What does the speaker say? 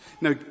Now